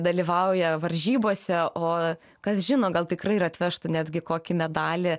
dalyvauja varžybose o kas žino gal tikrai ir atvežtų netgi kokį medalį